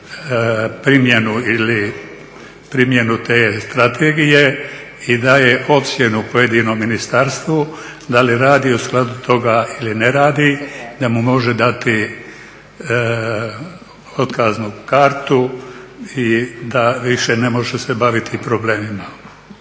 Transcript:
primjenu te strategije i daje ocjenu pojedinom ministarstvu da li radi u skladu toga ili ne radi da mu može dati otkaznu kartu i da više ne može se baviti problemima.